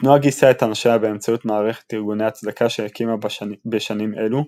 התנועה גייסה את אנשיה באמצעות מערכת ארגוני הצדקה שהקימה בשנים אלו,